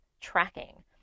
tracking